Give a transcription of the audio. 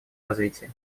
развития